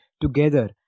together